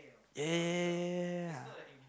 ya ya ya ya ya